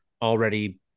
already